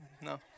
No